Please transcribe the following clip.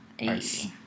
Nice